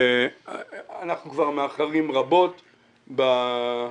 אנחנו כבר מאחרים רבות במיגון,